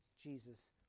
jesus